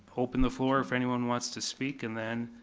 open the floor if anyone wants to speak, and then,